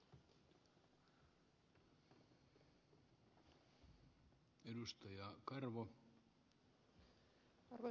arvoisa puhemies